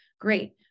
Great